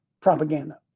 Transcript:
propaganda